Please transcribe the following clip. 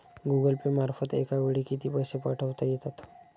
Google Pay मार्फत एका वेळी किती पैसे पाठवता येतात?